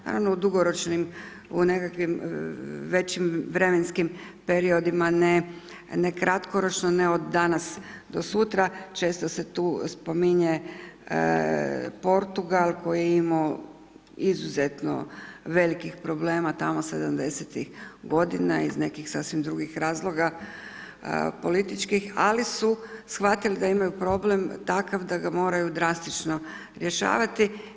Naravno u dugoročnim, u nekakvim većim vremenskim periodima, ne kratkoročno, ne od danas, do sutra, često se tu spominje Portugal koji je imao izuzetno veliki problema tamo '70.-tih godina iz nekih sasvim drugih razloga političkih ali su shvatili da imaju problem takav da ga moraju drastično rješavati.